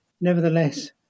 Nevertheless